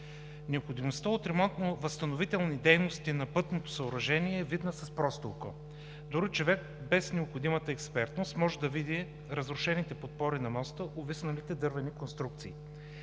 Необходимостта от ремонтно-възстановителни дейности на пътното съоръжение е видна с просто око. Дори човек, без необходимата експертност, може да види разрушените подпори на моста, увисналите дървени конструкции.